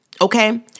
Okay